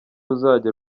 ruzajya